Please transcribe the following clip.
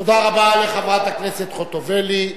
תודה רבה לחברת הכנסת חוטובלי.